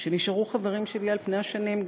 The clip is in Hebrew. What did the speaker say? שנשארו חברים שלי על פני השנים,